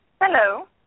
Hello